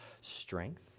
strength